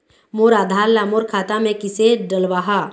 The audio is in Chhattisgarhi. मोर आधार ला मोर खाता मे किसे डलवाहा?